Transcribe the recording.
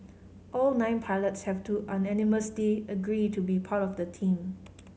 all nine pilots have to unanimously agree to be part of the team